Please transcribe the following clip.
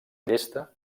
llesta